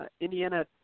Indiana